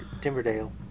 Timberdale